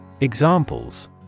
Examples